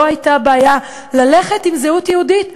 לא הייתה בעיה ללכת עם סימני זהות יהודית.